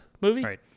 movie